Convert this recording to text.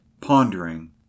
pondering